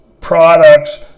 products